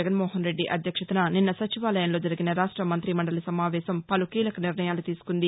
జగన్మోహన్రెడ్డి అధ్యక్షతన నిన్న సచివాలయంలో జరిగిన రాష్ట మంతి మందలి సమావేశం పలు కీలక నిర్ణయాలు తీసుకుంది